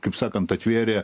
kaip sakant atvėrė